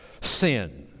sin